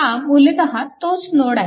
हा मूलतः तोच नोड आहे